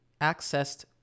accessed